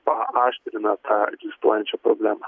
paaštrina tą egzistuojančią problemą